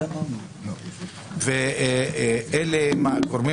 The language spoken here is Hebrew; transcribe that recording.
האם החובות